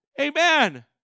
amen